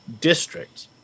district